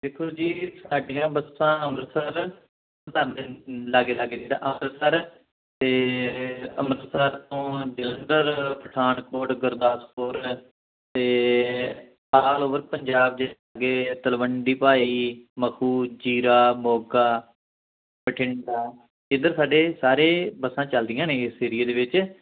ਦੇਖੋ ਜੀ ਸਾਡੀਆਂ ਬੱਸਾਂ ਅੰਮ੍ਰਿਤਸਰ ਲਾਗੇ ਲਾਗੇ ਜਿਹੜਾ ਅੰਮ੍ਰਿਤਸਰ ਅਤੇ ਅੰਮ੍ਰਿਤਸਰ ਤੋਂ ਜਲੰਧਰ ਪਠਾਨਕੋਟ ਗੁਰਦਾਸਪੁਰ ਅਤੇ ਆਲ ਓਵਰ ਪੰਜਾਬ ਦੇ ਅੱਗੇ ਤਲਵੰਡੀ ਭਾਈ ਮਖੂ ਜੀਰਾ ਮੋਗਾ ਬਠਿੰਡਾ ਇੱਧਰ ਸਾਡੇ ਸਾਰੇ ਬੱਸਾਂ ਚੱਲਦੀਆਂ ਨੇ ਇਸ ਏਰੀਏ ਦੇ ਵਿੱਚ